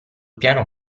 piano